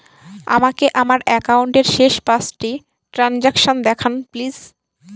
আমাকে আমার একাউন্টের শেষ পাঁচটি ট্রানজ্যাকসন দেখান প্লিজ